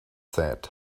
said